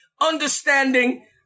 understanding